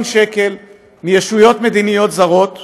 שקל מישויות מדיניות זרות ב-2012,